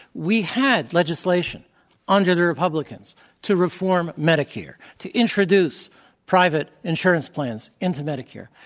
we had legislation under the republicans to reform medicare, to introduce private insurance plans into medicare.